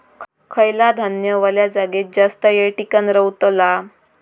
खयला धान्य वल्या जागेत जास्त येळ टिकान रवतला?